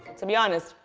to be honest,